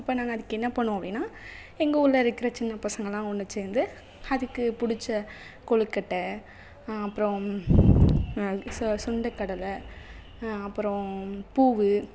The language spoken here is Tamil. அப்போ நாங்கள் அதுக்கு என்ன பண்ணுவோம் அப்படின்னா எங்கள் ஊரில் இருக்கிற சின்ன பசங்கள் எல்லாம் ஒன்று சேர்ந்து அதுக்கு பிடிச்ச கொலுக்கட்டை அப்புறோம் சு சுண்டக்கடலை அப்புறோம் பூவு